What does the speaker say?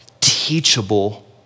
teachable